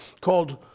called